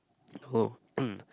oh